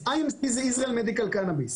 IMC זה Israel medical cannabis.